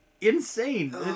Insane